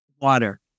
Water